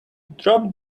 drop